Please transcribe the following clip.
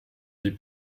des